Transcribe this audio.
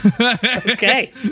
okay